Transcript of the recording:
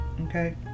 Okay